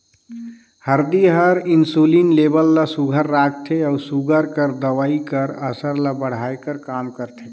हरदी हर इंसुलिन लेबल ल सुग्घर राखथे अउ सूगर कर दवई कर असर ल बढ़ाए कर काम करथे